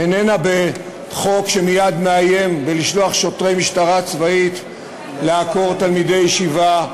איננה בחוק שמייד מאיים בשוטרי משטרה צבאית שנשלחו לעקור תלמידי ישיבה,